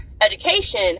education